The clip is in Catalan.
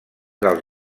dels